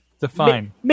Define